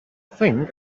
think